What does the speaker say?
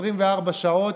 24 שעות.